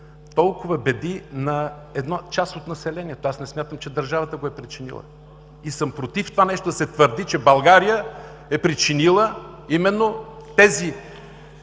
толкова беди на част от населението. Аз не смятам, че държавата го е причинила, и съм против да се твърди това нещо – че България е причинила именно тези